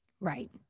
Right